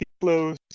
close